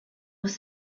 was